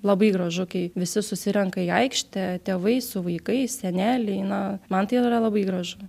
labai gražu kai visi susirenka į aikštę tėvai su vaikais seneliai na man tai yra labai gražu